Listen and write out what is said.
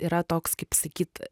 yra toks kaip sakyt